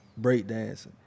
breakdancing